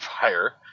fire